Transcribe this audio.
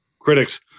critics